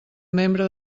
membre